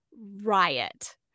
riot